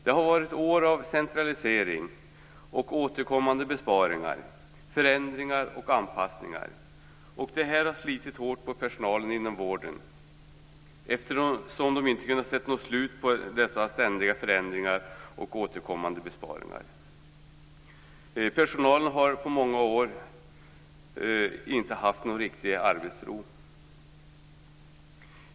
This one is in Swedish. Det har varit år av centralisering och återkommande besparingar, förändringar och anpassningar. Detta har slitit hårt på personalen inom vården, eftersom den inte kunnat se något slut på dessa ständiga förändringar och återkommande besparingar. Personalen har inte på många år haft någon riktig arbetsro.